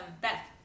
Beth